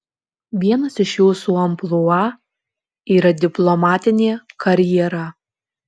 vienas iš jūsų amplua yra diplomatinė karjera